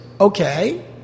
Okay